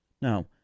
Now –